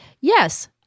yes